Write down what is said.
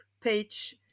page